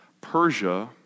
Persia